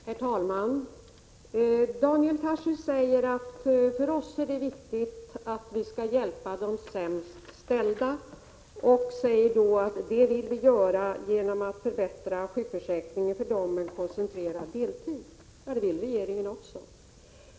Herr talman! Daniel Tarschys säger att det är viktigt att hjälpa de sämst ställda och att folkpartiet vill göra det genom att förbättra sjukförsäkringen för dem som har koncentrerad deltid. Det vill regeringen också.